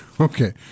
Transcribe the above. Okay